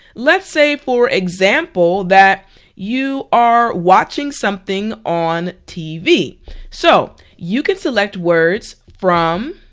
let's say for example that you are watching something on tv so you can select words from